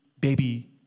baby